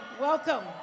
Welcome